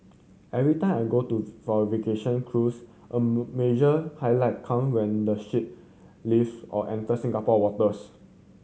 every time I go to for a vacation cruise a major highlight come when the ship leave or enters Singapore waters